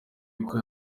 uko